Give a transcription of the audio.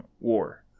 war